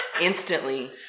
instantly